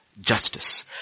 Justice